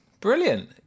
Brilliant